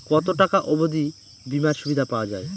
কত টাকা অবধি বিমার সুবিধা পাওয়া য়ায়?